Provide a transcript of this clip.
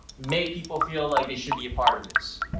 make people feel like they should be a part of this.